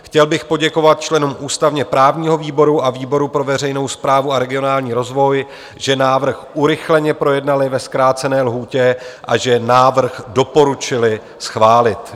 Chtěl bych poděkovat členům ústavněprávního výboru a výboru pro veřejnou správu a regionální rozvoj, že návrh urychleně projednali ve zkrácené lhůtě a že návrh doporučili schválit.